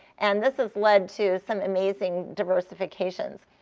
and this has led to some amazing diversifications.